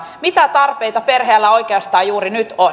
mitä tarpeita perheellä oikeastaan juuri nyt on